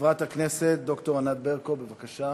חברת הכנסת ד"ר ענת ברקו, בבקשה.